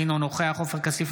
אינו נוכח עופר כסיף,